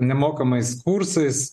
nemokamais kursais